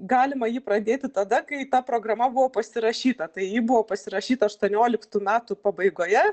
galima jį pradėti tada kai ta programa buvo pasirašyta tai ji buvo pasirašyta aštuonioliktų metų pabaigoje